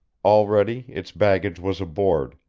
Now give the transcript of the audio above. already its baggage was aboard,